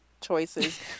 choices